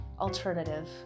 alternative